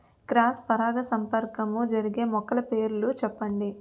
Cross పరాగసంపర్కం జరిగే మొక్కల పేర్లు చెప్పండి?